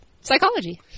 psychology